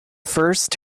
first